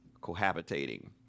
cohabitating